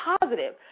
positive